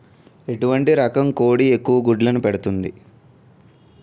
ఎటువంటి రకం కోడి ఎక్కువ గుడ్లు పెడుతోంది?